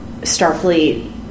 Starfleet